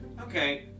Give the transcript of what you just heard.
Okay